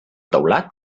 teulat